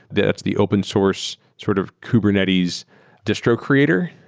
that's the open source sort of kubernetes distro creator.